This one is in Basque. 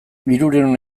hirurehun